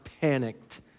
panicked